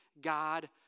God